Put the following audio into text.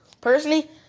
Personally